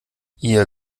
ihr